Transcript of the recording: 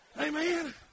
Amen